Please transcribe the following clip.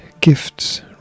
gifts